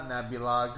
Nebula